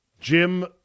Jim